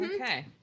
Okay